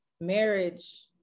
marriage